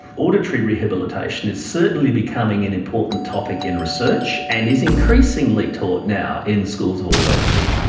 auditory rehabilitation is certainly becoming an important topic in research and is increasingly taught now in schools of audiology.